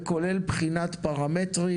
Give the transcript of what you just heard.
וכולל בחינת פרמטרים,